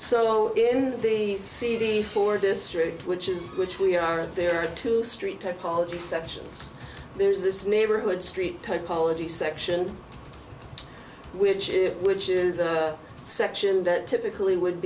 so in the cd for district which is which we are there are two street technology sections there's this neighborhood street topologies section which is which is a section that typically would